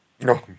No